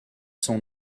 son